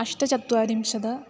अष्टचत्वारिंशत्